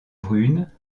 brune